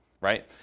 right